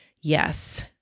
Yes